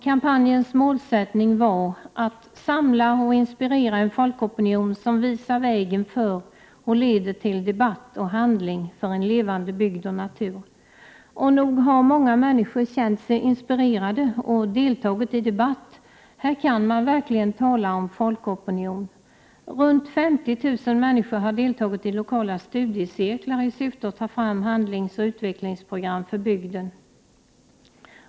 Kampanjens målsättning var ”att samla och inspirera en folkopinion som visar vägen för och leder till debatt och handling för en levande bygd och natur”. Nog har många människor känt sig inspirerade och deltagit i debatten. Här kan man verkligen tala om folkopinion: e Runt 50 000 människor har deltagit i lokala studiecirklar i syfte att ta fram handlingsoch utvecklingsprogram för bygden.